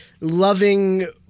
loving-